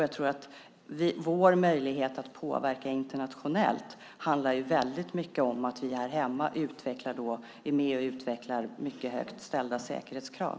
Jag tror att vår möjlighet att påverka internationellt handlar väldigt mycket om att vi här hemma är med och utvecklar mycket högt ställda säkerhetskrav.